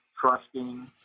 trusting